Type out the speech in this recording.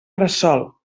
bressol